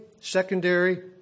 secondary